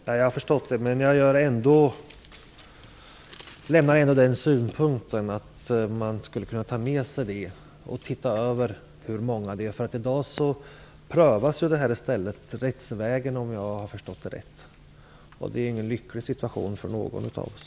Fru talman! Jag har förstått det, men jag lämnar ändå synpunkten att man borde titta över hur många människor detta gäller. I dag prövas dessa fall rättsvägen, om jag har förstått det rätt. Det är ingen lycklig situation för någon av oss.